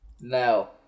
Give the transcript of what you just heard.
No